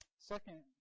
Second